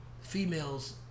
females